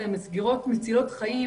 אלא על מסגרות מצילות חיים,